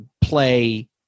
play